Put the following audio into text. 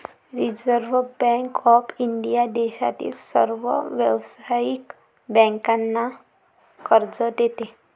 reserve bank of India देशातील सर्व व्यावसायिक बँकांना कर्ज देते